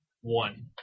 One